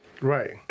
right